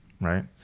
right